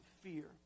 fear